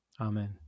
Amen